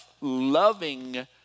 loving